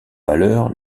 valeur